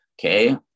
Okay